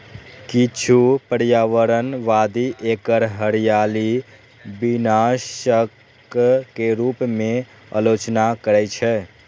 किछु पर्यावरणवादी एकर हरियाली विनाशक के रूप मे आलोचना करै छै